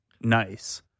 nice